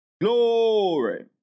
Glory